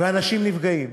ואנשים נפגעים,